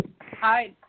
Hi